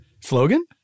slogan